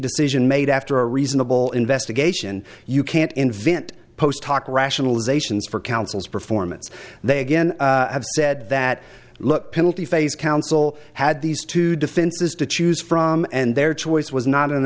decision made after a reasonable investigation you can't invent post hoc rationalisations for councils performance they again have said that look penalty phase counsel had these two defenses to choose from and their choice was not an